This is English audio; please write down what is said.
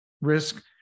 risk